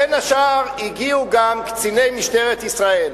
בין השאר הגיעו גם קציני משטרת ישראל.